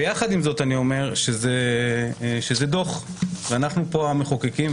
יחד עם זאת אני אומר שזה דוח ואנחנו פה המחוקקים.